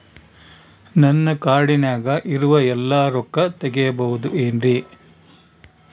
ನನ್ನ ಕಾರ್ಡಿನಾಗ ಇರುವ ಎಲ್ಲಾ ರೊಕ್ಕ ತೆಗೆಯಬಹುದು ಏನ್ರಿ?